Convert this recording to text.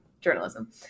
journalism